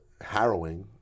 harrowing